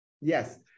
Yes